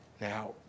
Now